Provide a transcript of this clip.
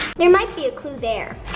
there might be a clue there.